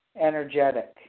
energetic